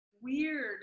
weird